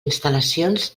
instal·lacions